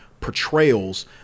portrayals